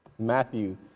Matthew